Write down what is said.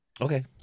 Okay